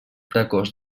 precoç